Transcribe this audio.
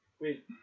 Wait